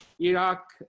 iraq